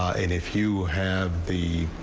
i mean if you. have the.